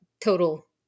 total